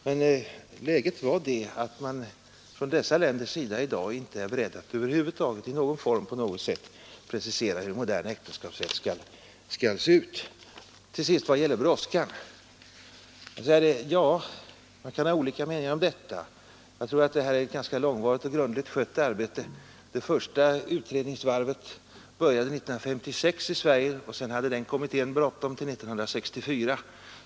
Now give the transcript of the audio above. Men läget är att man från dessa länders sida i dag inte är beredd att över huvud taget i någon form på något sätt konkretisera hur en modern äktenskapsrätt skall se ut. Till sist några ord om brådskan. Man kan ha olika meningar om detta. Jag anser att detta är ett långvarigt och grundligt skött arbete. Det första utredningsvarvet började 1956 i Sverige. Sedan hade den kommittén bråttom till 1964.